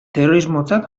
terrorismotzat